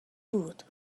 بود